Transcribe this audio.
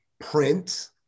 print